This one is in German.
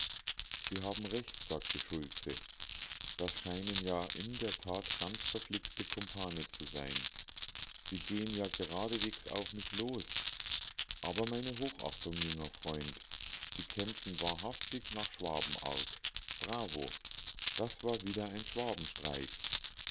sie haben recht sagte schultze das scheinen ja in der tat ganz verflixte kumpane zu sein sie gehen ja geradewegs auf mich los aber meine hochachtung junger freund sie kämpfen wahrhaftig nach schwabenart bravo das war wieder ein